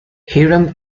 hiram